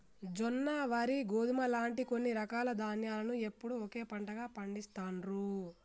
జొన్న, వరి, గోధుమ లాంటి కొన్ని రకాల ధాన్యాలను ఎప్పుడూ ఒకే పంటగా పండిస్తాండ్రు